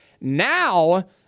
Now